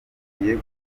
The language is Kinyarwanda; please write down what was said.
tugiye